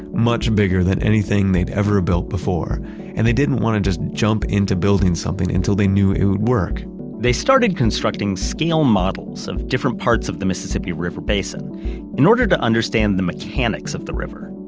much bigger than anything they'd ever built before, and they didn't want to just jump into building something until they knew it would work they started constructing scale models of different parts of the mississippi river basin in order to understand the mechanics of the river.